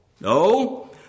No